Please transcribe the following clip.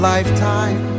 Lifetime